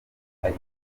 ari